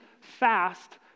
fast